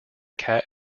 cat